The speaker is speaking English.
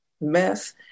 mess